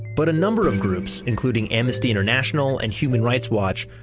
but a number of groups including amnesty international and human rights watch,